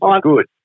Good